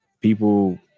people